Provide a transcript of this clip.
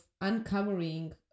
uncovering